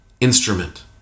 instrument